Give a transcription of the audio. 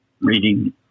reading